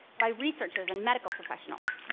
by researchers and medical professionals